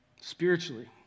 spiritually